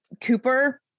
Cooper